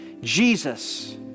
Jesus